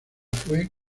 fue